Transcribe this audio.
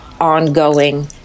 ongoing